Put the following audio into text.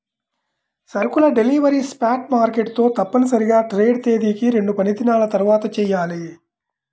సరుకుల delivery spot market తో తప్పనిసరిగా ట్రేడ్ తేదీకి రెండుపనిదినాల తర్వాతచెయ్యాలి